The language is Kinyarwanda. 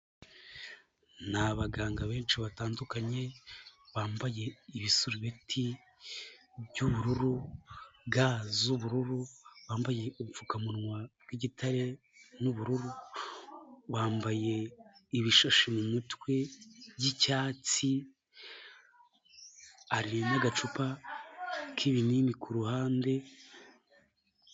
Ni abaganga benshi batandukanye bambaye ibisubeti by'ubururu, ga z'ubururu, bambaye ubupfukamunwa bw'igitare n'ubururu, bambaye ibishashi mu mutwe by'icyatsi, hari n'agacupa k'ibinini ku ruhande.